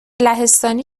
لهستانی